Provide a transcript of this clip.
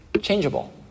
changeable